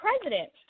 president